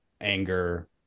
anger